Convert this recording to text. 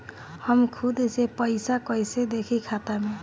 हम खुद से पइसा कईसे देखी खाता में?